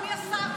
אדוני השר,